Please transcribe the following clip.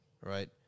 right